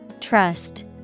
Trust